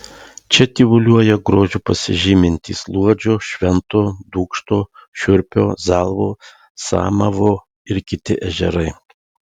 čia tyvuliuoja grožiu pasižymintys luodžio švento dūkšto šiurpio zalvo samavo ir kiti ežerai